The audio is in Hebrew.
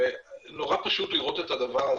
נורא פשוט לראות את הדבר הזה,